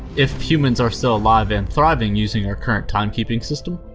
if humans are still alive and thriving using our current timekeeping system,